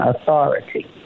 authority